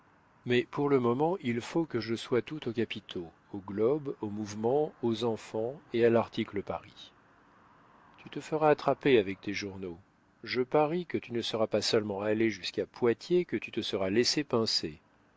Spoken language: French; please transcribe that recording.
mais pour le moment il faut que je sois tout aux capitaux au globe au mouvement aux enfants et à l'article de paris tu te feras attraper avec tes journaux je parie que tu ne seras pas seulement allé jusqu'à poitiers que tu te seras laissé pincer